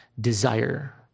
desire